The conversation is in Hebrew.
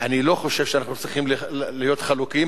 אני לא חושב שאנחנו צריכים להיות חלוקים,